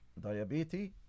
diabetes